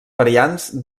variants